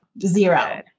Zero